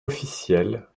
officielle